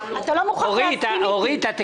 אתה לא מוכרח להסכים איתי.